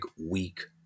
week